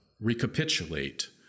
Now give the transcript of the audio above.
recapitulate